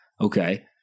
Okay